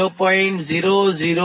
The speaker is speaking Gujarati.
તો r 0